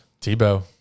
Tebow